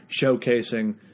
showcasing